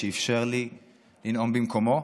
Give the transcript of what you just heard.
שאפשר לי לנאום במקומו.